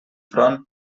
front